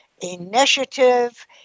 initiative